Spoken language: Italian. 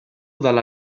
dalla